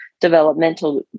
developmental